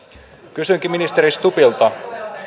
kysynkin ministeri stubbilta